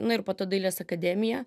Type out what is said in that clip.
na ir po to dailės akademiją